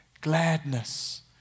gladness